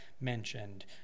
mentioned